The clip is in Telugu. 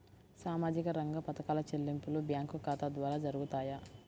సామాజిక రంగ పథకాల చెల్లింపులు బ్యాంకు ఖాతా ద్వార జరుగుతాయా?